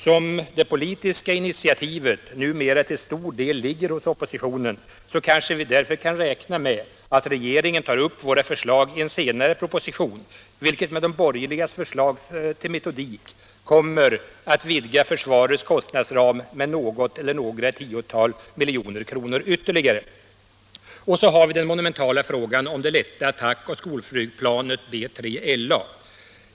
Som det politiska initiativet numera till stor del ligger hos oppositionen kanske vi kan räkna med att regeringen tar upp våra förslag i en senare proposition, vilket med de borgerligas förslag till metodik kommer att vidga försvarets kostnadsram med något eller några tiotal miljoner kronor ytterligare. Och så har vi den monumentala frågan om det lätta attack och skol Allmänpolitisk debatt Allmänpolitisk debatt flygplanet B3LA!